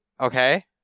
okay